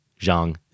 Zhang